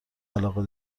علاقه